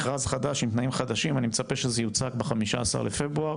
מכרז חדש עם תנאים חדשים אני מצפה שזה יוצג ב-15 לפברואר,